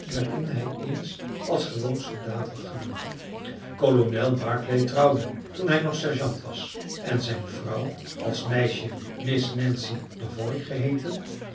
waarin hij eens als gewoon soldaat had gediend kolonel barclay trouwde toen hij nog sergeant was en zijn vrouw als meisje miss nancy devoy geheeten